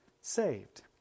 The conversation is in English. saved